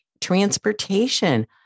transportation